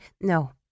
No